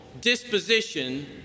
disposition